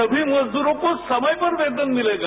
सभी मजदूरों को समय पर वेतन मिलेगा